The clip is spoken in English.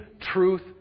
truth